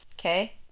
Okay